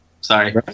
Sorry